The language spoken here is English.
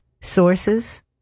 sources